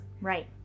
Right